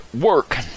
work